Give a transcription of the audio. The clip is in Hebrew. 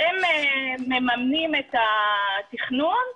הם מממנים את התכנון,